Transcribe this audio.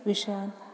विषयान्